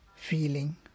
feeling